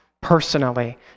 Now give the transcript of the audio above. personally